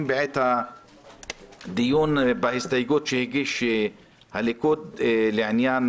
בעת הדיון בהסתייגות שהגישה הליכוד לעניין